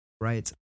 right